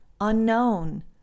unknown